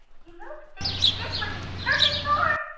you know what this stick would be perfect for?